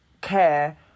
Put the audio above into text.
care